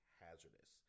hazardous